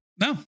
No